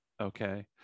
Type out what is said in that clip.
okay